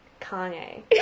Kanye